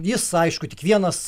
jis aišku tik vienas